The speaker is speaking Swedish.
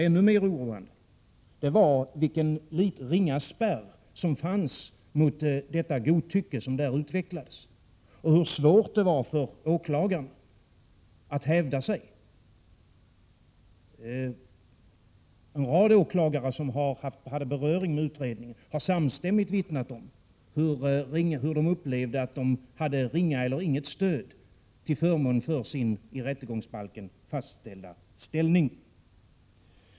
Ännu mer oroande var vilken ringa spärr som fanns mot det godtycke som utvecklades och hur svårt det var för åklagarna att hävda sig. En rad åklagare som hade beröring med utredningen har samstämmigt vittnat om hur de upplevde att de hade ringa eller inget stöd för sin i rättegångsbalken fastlagda ställning.